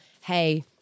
hey